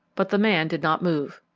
but the man did not move.